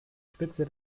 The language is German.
spitze